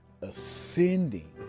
ascending